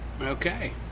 Okay